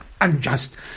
unjust